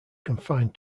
confined